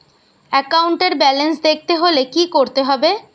একাউন্টের ব্যালান্স দেখতে হলে কি করতে হবে?